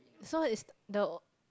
so is the